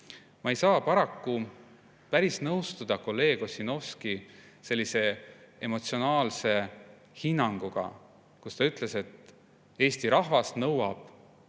Ma ei saa paraku päris nõustuda kolleeg Ossinovski emotsionaalse hinnanguga, kui ta ütles, et Eesti rahvas nõuab